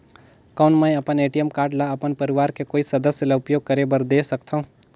कौन मैं अपन ए.टी.एम कारड ल अपन परवार के कोई सदस्य ल उपयोग करे बर दे सकथव?